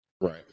Right